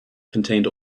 contained